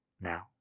Now